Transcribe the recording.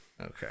Okay